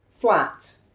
flat